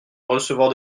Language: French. recevoir